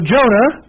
Jonah